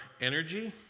energy